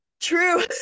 True